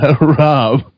Rob